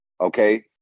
okay